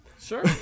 Sure